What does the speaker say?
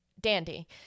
dandy